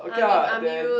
I'm with Amirul